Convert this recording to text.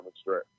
stretch